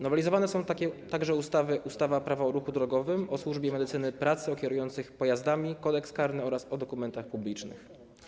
Nowelizowane są także ustawy: Prawo o ruchu drogowym, o służbie medycyny pracy, o kierujących pojazdami, Kodeks karny oraz o dokumentach publicznych.